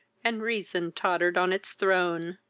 and reason tottered on its throne.